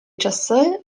часи